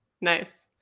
Nice